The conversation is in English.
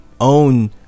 own